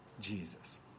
Jesus